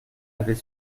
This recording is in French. avait